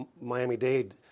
Miami-Dade